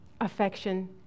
affection